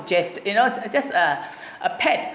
just you know it's just uh pat